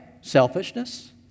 Selfishness